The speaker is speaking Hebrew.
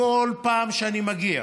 בכל פעם שאני מגיע